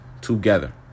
together